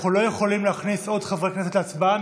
אנחנו לא יכולים להכניס עוד חברי הכנסת להצבעה